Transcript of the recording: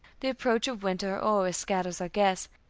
the approach of winter always scatters our guests,